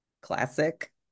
classic